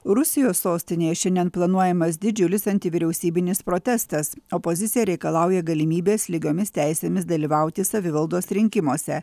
rusijos sostinėje šiandien planuojamas didžiulis anti vyriausybinis protestas opozicija reikalauja galimybės lygiomis teisėmis dalyvauti savivaldos rinkimuose